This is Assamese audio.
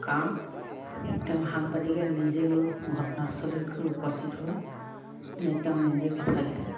কাৰণ তেওঁ সাংবাদিকে নিজে গৈ ঘটনাস্থলীত গৈ উপস্থিত হৈ তেওঁ নিজে কথাকেইটা